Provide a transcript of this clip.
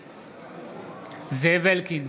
בעד זאב אלקין,